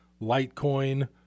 Litecoin